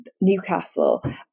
newcastle